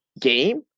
game